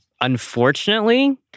Unfortunately